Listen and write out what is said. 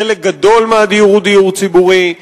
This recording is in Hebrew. חלק גדול מהדיור הוא דיור ציבורי.